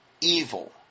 evil